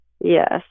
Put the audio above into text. Yes